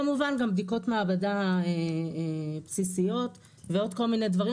כמובן גם בדיקות מעבדה בסיסיות ועוד כל מיני דברים,